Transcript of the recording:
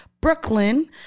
Brooklyn